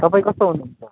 तपाईँ कस्तो हुनुहुन्छ